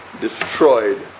...destroyed